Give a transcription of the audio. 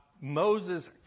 Moses